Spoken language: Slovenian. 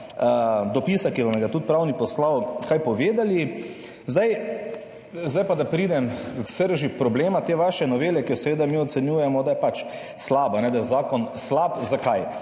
dopisa, ki vam ga je pravnik poslal, še kaj povedali. Zdaj pa pridem k srži problema te vaše novele, ki jo mi ocenjujemo, da je pač slaba, da je zakon slab. Zakaj?